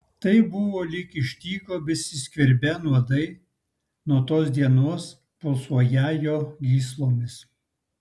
tai buvo lyg iš tyko besiskverbią nuodai nuo tos dienos pulsuoją jo gyslomis